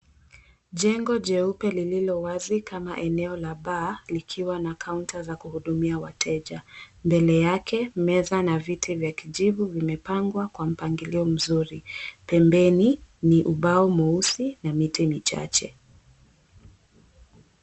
Jengo jeupe lililo wazi kama eneo la bar , likiwa na kaunta za kuhudumia wateja. Mbele yake meza na viti vya kijivu vimepangwa kwa mpangilio mzuri. Pembeni ni ubao mweusi na miti michache.